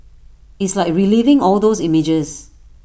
it's like reliving all those images